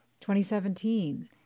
2017